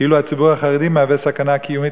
כאילו הציבור החרדי מהווה סכנה קיומית